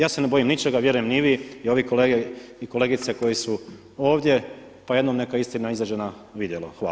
Ja se ne bojim ničega, vjerujem ni vi i ovi kolege i kolegice koji su ovdje pa jednom neka istina izađe na vidjelo.